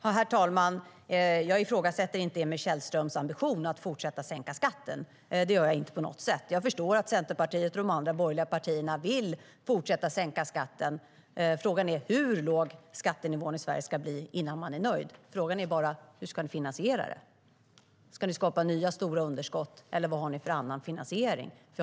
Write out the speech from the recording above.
Herr talman! Jag ifrågasätter inte på något sätt Emil Källströms ambition att fortsätta sänka skatten. Jag förstår att Centerpartiet och de andra borgerliga partierna vill fortsätta sänka skatten. Frågan är hur låg skattenivån i Sverige ska bli innan man är nöjd. Och hur ska ni finansiera det? Ska ni skapa nya stora underskott, eller vad har ni för annan finansiering?